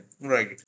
Right